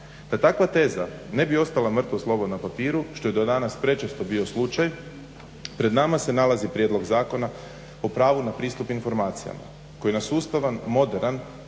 Da takva teza ne bi ostala mrtvo slovo na papiru što je do danas prečesto bio slučaj pred nama se nalazi prijedlog Zakona o pravu na pristup informacijama koji na sustavan, moderan,